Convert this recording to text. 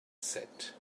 said